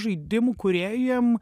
žaidimų kūrėjam